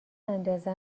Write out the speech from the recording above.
اندازه